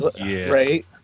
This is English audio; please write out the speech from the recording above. right